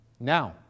Now